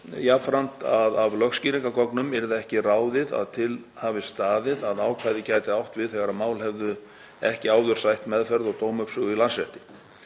jafnframt að af lögskýringargögnum yrði ekki ráðið að til hafi staðið að ákvæðið gæti átt við þegar mál hefðu ekki áður sætt meðferð og dómsuppsögu í Landsrétti.